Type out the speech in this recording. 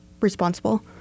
responsible